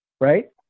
right